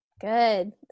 Good